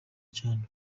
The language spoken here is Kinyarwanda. cyane